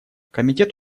комитет